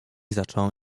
zacząłem